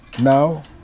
now